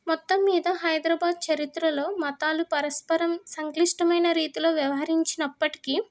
మొత్తం మీద హైదరాబాదు చరిత్రలో మతాలు పరస్పరం సంక్లిష్టమైన రీతిలో వ్యవహరించినప్పటికీ